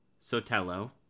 sotelo